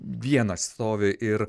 vienas stovi ir